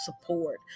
support